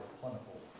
plentiful